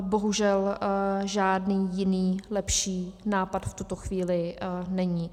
Bohužel žádný jiný lepší nápad v tuto chvíli není.